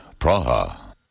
Praha